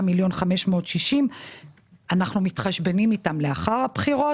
26,560,000. אנחנו מתחשבנים איתם לאחר הבחירות.